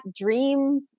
dream